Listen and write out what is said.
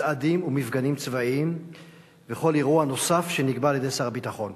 מצעדים ומפגנים צבאיים וכל אירוע נוסף שנקבע על-ידי שר הביטחון.